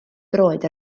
droed